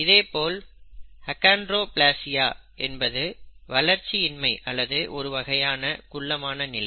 இதேபோல் அகான்டிரோப்லேசியா என்பது வளர்ச்சி இன்மை அல்லது ஒரு வகையான குள்ளமான நிலை